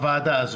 בוועדה.